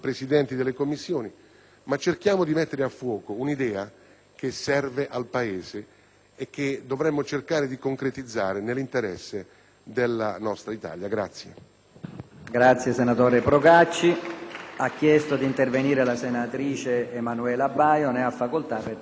cercare di mettere a fuoco un'idea che serve al Paese e che dovremmo concretizzare nell'interesse della nostra Italia.